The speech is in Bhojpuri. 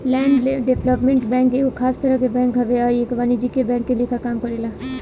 लैंड डेवलपमेंट बैंक एगो खास तरह के बैंक हवे आ इ अवाणिज्यिक बैंक के लेखा काम करेला